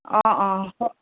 অ অ